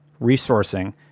resourcing